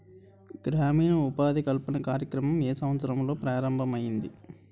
గ్రామీణ ఉపాధి కల్పన కార్యక్రమం ఏ సంవత్సరంలో ప్రారంభం ఐయ్యింది?